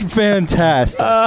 fantastic